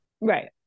right